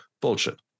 Bullshit